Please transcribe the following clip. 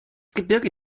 gebirge